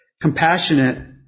Compassionate